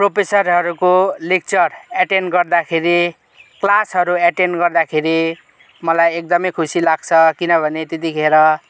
प्रोफेसरहरूको lecture attend गर्दाखेरि क्लासहरू attend गर्दाखेरि मलाई एकदमै खुसी लाग्छ किनभने त्यतिखेर